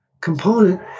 component